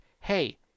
hey